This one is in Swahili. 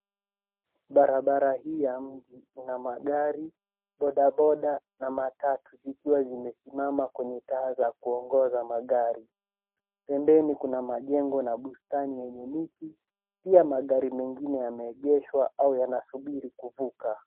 Barabara hii ya mji ina magari, bodaboda na matatu zikiwa zimesimama kwenye taa za kuongoza magari. Pembeni kuna majengo na bustani yenye miti. Pia, magari mengine yameegeshwa au yanasubiri kuvuka.